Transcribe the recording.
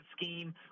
scheme